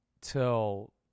till